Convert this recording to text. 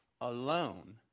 alone